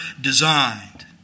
designed